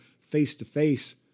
face-to-face